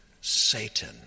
Satan